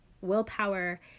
Willpower